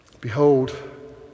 Behold